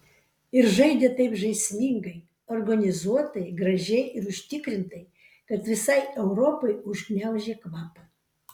ir žaidė taip žaismingai organizuotai gražiai ir užtikrintai kad visai europai užgniaužė kvapą